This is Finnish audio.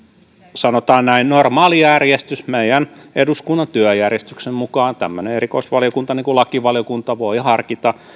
sanotaan näin normaali järjestys meidän eduskunnan työjärjestyksen mukaan erikoisvaliokunta niin kuin lakivaliokunta voi harkita